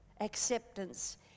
acceptance